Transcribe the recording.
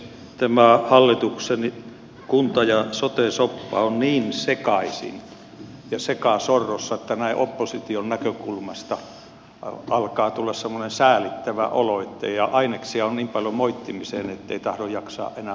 tämä hallituksen kunta ja sote soppa on niin sekaisin ja sekasorrossa että näin opposition näkökulmasta alkaa tulla semmoinen säälittävä olo ja aineksia on niin paljon moittimiseen ettei tahdo jaksaa enää moittia